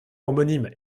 homonyme